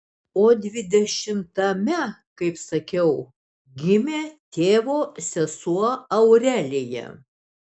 o dvidešimtame kaip sakiau gimė tėvo sesuo aurelija